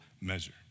measure